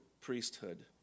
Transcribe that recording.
priesthood